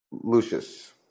lucius